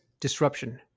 disruption